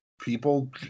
People